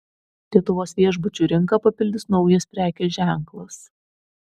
lietuvos viešbučių rinką papildys naujas prekės ženklas